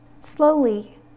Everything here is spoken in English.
slowly